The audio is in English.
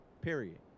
period